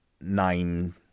nine